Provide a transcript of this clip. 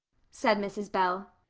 said mrs. bell.